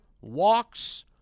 walks